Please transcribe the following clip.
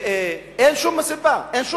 ואין שום הצדקה.